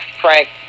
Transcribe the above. Frank